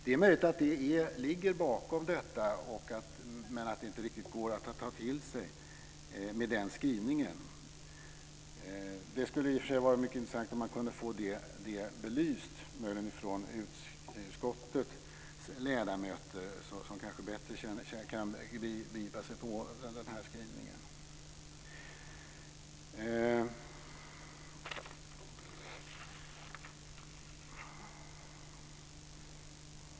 Det är möjligt att detta ligger bakom det hela, men att det inte riktigt går att ta till sig det med den här skrivningen. Det skulle i och för sig vara mycket intressant att få detta belyst, möjligen från utskottets ledamöter som kanske bättre kan begripa sig på skrivningen.